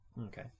Okay